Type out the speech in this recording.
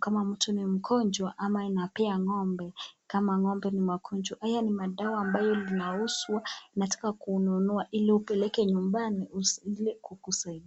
kama mtu ni mgonjwa na pia ngombe, kama ngombe ni magonjwa, haya ni madawa ambayo yanauzwa kununua hili hupeleke nyumbani Ili kukusaidia